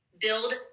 Build